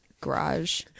garage